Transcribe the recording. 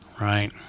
Right